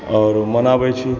आओर मनाबै छी